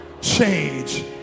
change